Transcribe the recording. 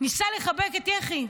ניסה לחבק את יחי.